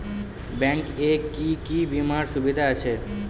Bank এ কি কী বীমার সুবিধা আছে?